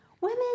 Women